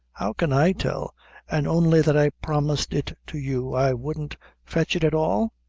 how can i tell an' only that i promised it to you, i wouldn't fetch it at all?